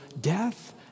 death